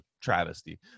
travesty